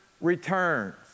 returns